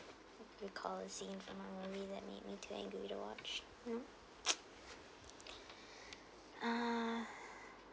recall a scene from a movie that made me too angry to watch mm uh